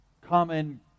common